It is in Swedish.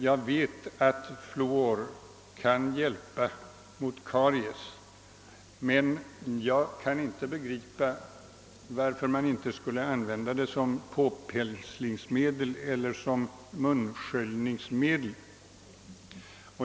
Jag vet att fluor kan hjälpa mot karies, men jag begriper inte varför man inte skulle kunna använda det som påpenslingsmedel eller som munsköljningsmedel.